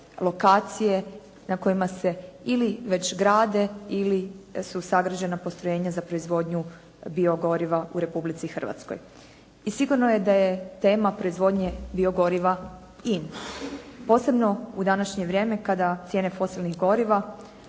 lokacije na kojima se ili već grade ili su sadržana postrojenja za proizvodnju biogoriva u Republici Hrvatskoj. I sigurno je da je tema proizvodnje biogoriva in, posebno u današnje vrijeme kada cijene fosilnih goriva,